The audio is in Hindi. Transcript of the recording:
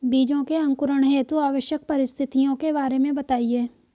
बीजों के अंकुरण हेतु आवश्यक परिस्थितियों के बारे में बताइए